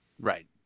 Right